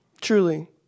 truly